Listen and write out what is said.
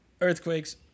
earthquakes